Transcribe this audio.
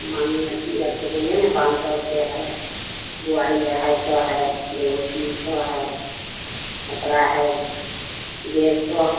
माँगुर मछली आपको बोले ना पाँच सौ रुपये है बुआड़ी है हेलसा है रेहू तीन सौ है कतरा है डेढ़ सौ